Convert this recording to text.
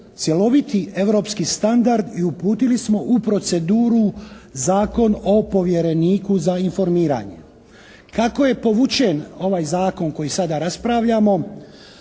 cjeloviti europski standard i uputili smo u proceduru Zakon o povjereniku za informiranje. Kako je povučen ovaj zakon koji sada raspravljamo